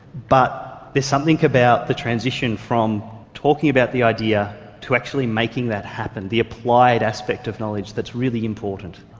but there's something about the transition from talking about the idea to actually making that happen, the applied aspect of knowledge that is really important.